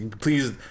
please